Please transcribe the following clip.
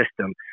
system